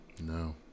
No